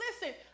Listen